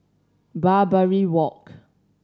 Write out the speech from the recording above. Barbary Walk